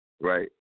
Right